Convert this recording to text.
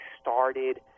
started